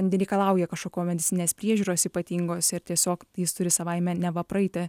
nereikalauja kažkokio medicininės priežiūros ypatingos ir tiesiog jis turi savaime neva praeiti